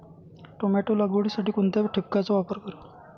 Tomato लागवडीसाठी कोणत्या ठिबकचा वापर करावा?